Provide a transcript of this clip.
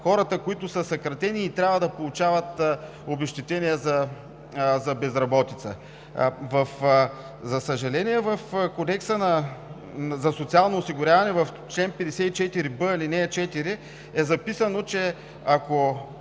хората, които са съкратени и трябва да получават обезщетения за безработица. За съжаление, в Кодекса за социално осигуряване в чл. 54б, ал. 4 е записано, че едно